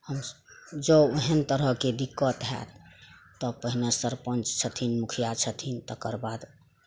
हम सऽ जँ ओहेन तरहके दिक्कत होयत तऽ पहिने सरपंच छथिन मुखिया छथिन तकर बाद